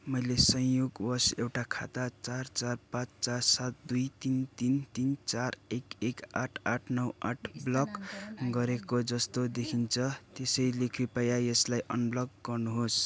मैले संयोगवस एउटा खाता चार चार पाँच चार सात दुई तिन तिन तिन चार एक एक आठ आठ नौ आठ ब्लक गरेको जस्तो देखिन्छ त्यसैले कृपया यसलाई अनब्लक गर्नुहोस्